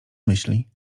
myśli